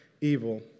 evil